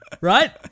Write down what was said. right